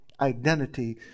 identity